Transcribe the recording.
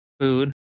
Food